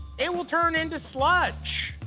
it will turn into sludge.